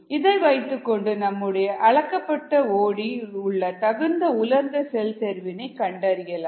இதை வைத்துக்கொண்டு நம்முடைய அளக்கப்பட்ட ஓடி க்கு உள்ள தகுந்த உலர்ந்த செல் செறிவினை கண்டறியலாம்